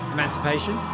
Emancipation